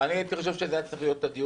הייתי חושב שהדיון היה צריך להיות שם,